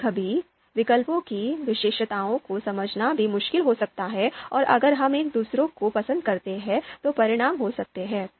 कभी कभी विकल्पों की विशेषताओं को समझना भी मुश्किल हो सकता है और अगर हम एक दूसरे को पसंद करते हैं तो परिणाम हो सकते हैं